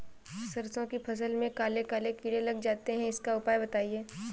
सरसो की फसल में काले काले कीड़े लग जाते इसका उपाय बताएं?